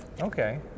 Okay